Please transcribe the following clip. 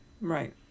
Right